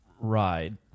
ride